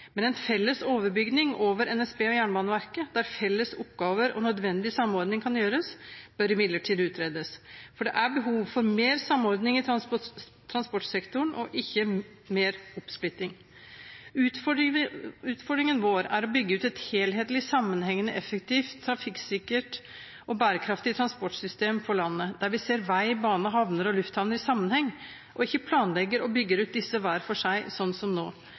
Men en felles overbygning over NSB og Jernbaneverket, der felles oppgaver og nødvendig samordning kan gjøres, bør imidlertid utredes, for det er behov for mer samordning i transportsektoren – ikke mer oppsplitting. Utfordringen vår er å bygge ut et helhetlig, sammenhengende, effektivt, trafikksikkert og bærekraftig transportsystem for landet, der vi ser vei, bane, havner og lufthavner i sammenheng, og ikke planlegger og bygger ut disse hver for seg, som nå.